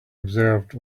observed